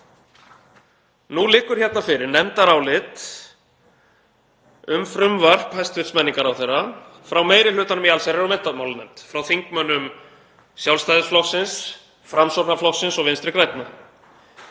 Nú liggur hérna fyrir nefndarálit um frumvarp hæstv. menningarráðherra frá meiri hlutanum í allsherjar- og menntamálanefnd, þingmönnum Sjálfstæðisflokksins, Framsóknarflokksins og Vinstri grænna.